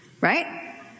right